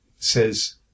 says